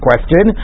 Question